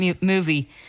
movie